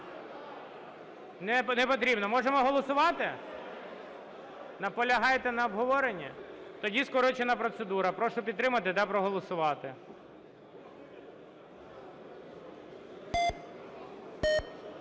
Не потрібно. Можемо голосувати? Наполягаєте на обговоренні? Тоді скорочена процедура. Прошу підтримати та проголосувати.